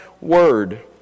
Word